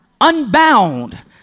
unbound